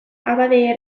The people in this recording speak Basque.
abade